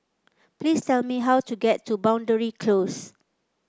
please tell me how to get to Boundary Close